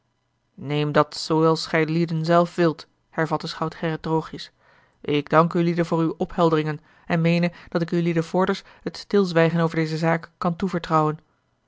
neemt dat zooals gijlieden zelf wilt hervatte schout gerrit droogjes ik dank ulieden voor uwe ophelderingen en meene dat ik ulieden vorders het stilzwijgen over deze zaak kan toebetrouwen